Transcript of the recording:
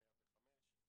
105,